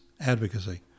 advocacy